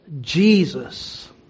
Jesus